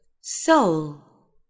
soul